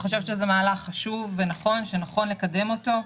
חושבת שזה מהלך חשוב ונכון שנכון לקדם אותו.